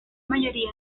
mayoría